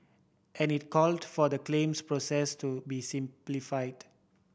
and it called for the claims process to be simplified